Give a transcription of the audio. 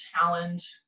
challenge